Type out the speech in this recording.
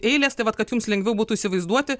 eilės tai vat kad jums lengviau būtų įsivaizduoti